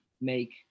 make